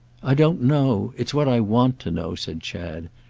i don't know it's what i want to know, said chad.